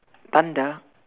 thunder